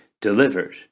delivered